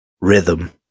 rhythm